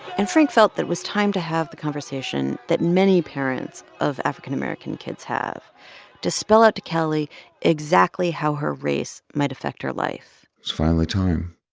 and frank felt that it was time to have the conversation that many parents of african-american kids have to spell out to kelly exactly how her race might affect her life it's finally time.